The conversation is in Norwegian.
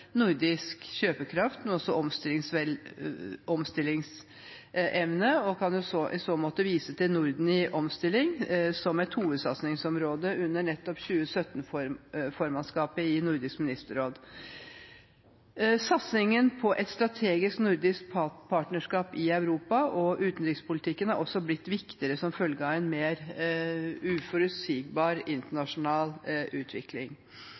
nordisk kjøpekraft, men også omstillingsevne, og kan i så måte vise til «Norden i omstilling» som et hovedsatsingsområde under nettopp 2017-formannskapet i Nordisk ministerråd. Satsingen på et strategisk nordisk partnerskap i Europa og på utenrikspolitikken er også blitt viktigere, som følge av en mer uforutsigbar internasjonal utvikling.